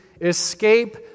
escape